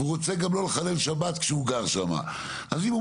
והוא גם רוצה לא לחלל שבת כשהוא גר שם אם הוא